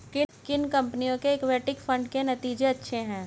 किन कंपनियों के इक्विटी फंड के नतीजे अच्छे हैं?